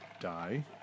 die